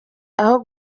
aho